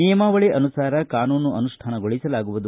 ನಿಯಮಾವಳಿ ಅನುಸಾರ ಕಾನೂನು ಅನುಷ್ಠಾನಗೊಳಿಸಲಾಗುವುದು